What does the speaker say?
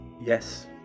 Yes